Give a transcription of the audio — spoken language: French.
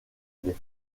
des